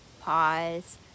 pause